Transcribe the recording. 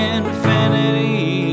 infinity